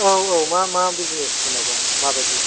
औ औ मा मा बिजिनेस जेन'बा मा बायदि